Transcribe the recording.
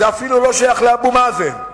זה אפילו לא שייך לאבו מאזן.